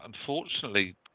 unfortunately